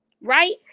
right